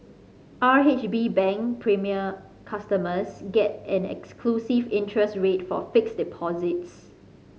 R H B Bank Premier customers get an exclusive interest rate for fixed deposits